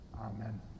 Amen